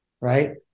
right